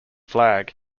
flag